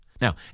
Now